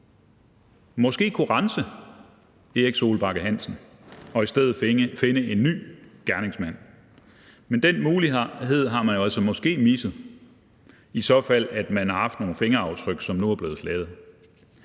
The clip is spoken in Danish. måske kunne rense Erik Solbakke Hansen og i stedet finde en ny gerningsmand. Men den mulighed har man jo altså måske misset, ifald man har haft nogle fingeraftryk, som nu er blevet slettet.